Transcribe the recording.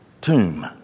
tomb